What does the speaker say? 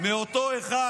מאותו אחד,